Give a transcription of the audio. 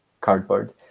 cardboard